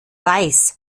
weiß